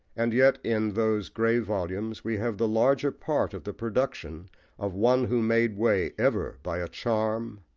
and yet, in those grey volumes, we have the larger part of the production of one who made way ever by a charm,